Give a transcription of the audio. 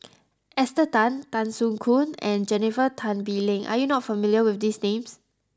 Esther Tan Tan Soo Khoon and Jennifer Tan Bee Leng are you not familiar with these names